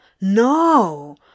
No